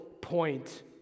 point